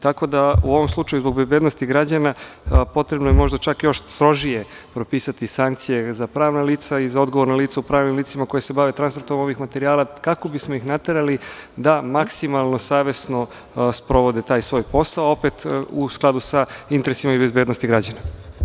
Tako da u ovom slučaju zbog bezbednosti građana potrebno je možda još strožije propisati sankcije za pravna lica i za odgovorna lica u pravnim licima koji se bave transportom ovih materijala kako bismo ih naterali da maksimalno savesno sprovode taj svoj posao, opet u skladu sa interesima i bezbednošću građana.